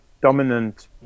dominant